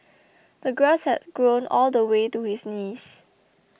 the grass had grown all the way to his knees